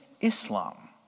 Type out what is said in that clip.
Islam